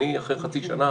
אני אחרי חצי שנה